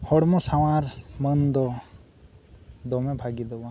ᱦᱚᱲᱢᱚ ᱥᱟᱶᱟᱨ ᱢᱟᱹᱱ ᱫᱚ ᱫᱚᱢᱮ ᱵᱷᱟᱜᱮᱫᱚ ᱵᱟᱝ